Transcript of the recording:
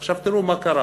עכשיו, תראו מה קרה: